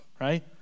right